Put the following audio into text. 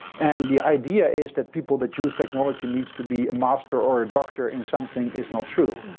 and the idea is that people that use technology need to be a master or a doctor in something is not true.